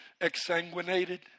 exsanguinated